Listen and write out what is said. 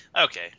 okay